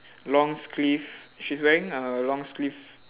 long sleeve she's wearing a long sleeve